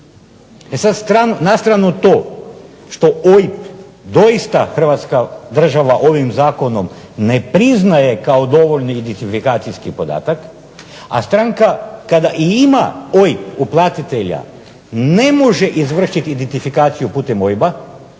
E sad na stranu to što OIB doista hrvatska država ovim zakonom ne priznaje kao dovoljni identifikacijski podatak, a stranka kada i ima OIB uplatitelja ne može izvršiti identifikaciju putem OIB-a